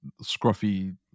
scruffy